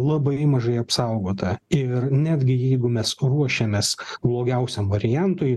labai mažai apsaugota ir netgi jeigu mes ruošiamės blogiausiam variantui